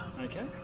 Okay